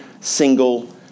single